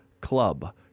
club